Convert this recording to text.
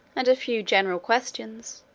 and a few general questions,